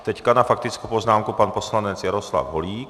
Teď na faktickou poznámku pan poslanec Jaroslav Holík.